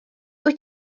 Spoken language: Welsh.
wyt